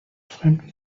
fremden